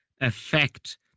affect